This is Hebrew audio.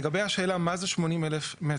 לגבי השאלה מה זה 80,000 מטר.